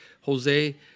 Jose